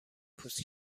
پوست